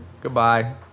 goodbye